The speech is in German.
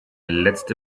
letzte